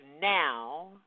now